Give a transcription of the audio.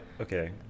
Okay